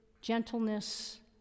gentleness